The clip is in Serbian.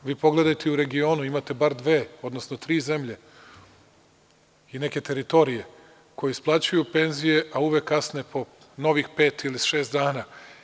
Pogledajte, u regionu imate bar dve, odnosno tri zemlje i neke teritorije koje isplaćuju penzije, a uvek kasne po novih pet ili šest dana.